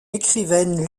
écrivaine